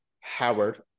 Howard